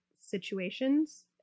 situations